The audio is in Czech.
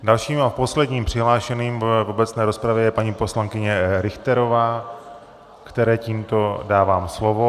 Dalším a posledním přihlášeným v obecné rozpravě je paní poslankyně Richterová, které tímto dávám slovo.